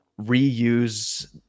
reuse